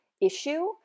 issue